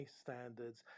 standards